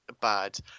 bad